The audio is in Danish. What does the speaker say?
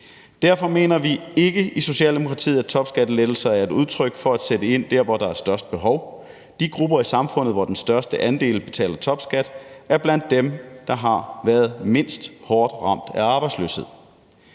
Derfor mener vi ikke i Socialdemokratiet, at topskattelettelser er et udtryk for at sætte ind der, hvor der er størst behov. De grupper i samfundet, hvor den største andel betaler topskat, er blandt dem, der har været mindst hårdt ramt af arbejdsløshed.